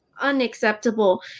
unacceptable